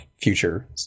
future